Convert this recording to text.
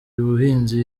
buhinzi